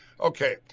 Okay